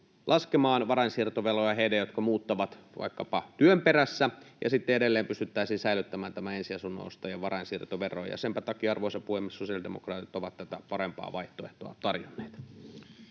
laskemaan varainsiirtoveroja heille, jotka muuttavat vaikkapa työn perässä, ja sitten edelleen pystyttäisiin säilyttämään tämä ensiasunnon ostajien varainsiirtoverovapaus. Senpä takia, arvoisa puhemies, sosiaalidemokraatit ovat tätä parempaa vaihtoehtoa tarjonneet.